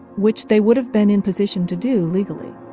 which they would have been in position to do legally